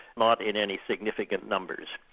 not in any significant numbers.